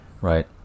right